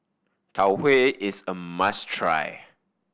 Tau Huay is a must try